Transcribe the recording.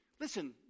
listen